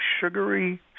sugary